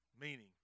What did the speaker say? meaning